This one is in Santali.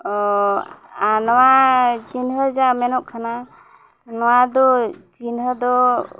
ᱚ ᱱᱚᱜᱼᱚᱭ ᱡᱟᱦᱟᱸ ᱪᱤᱱᱦᱟᱹ ᱡᱟᱦᱟᱸ ᱢᱮᱱᱚᱜ ᱠᱟᱱᱟ ᱱᱚᱣᱟ ᱫᱚ ᱪᱤᱱᱦᱟᱹ ᱫᱚ